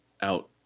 out